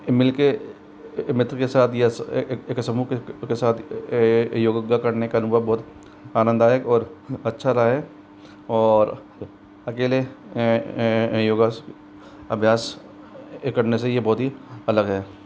मिलके मित्र के साथ या एक समूह के साथ योगा करने का अनुभव बहुत आनंददायक और अच्छा रहा है और अकेले योगा अभ्यास करने से यह बहुत ही अलग है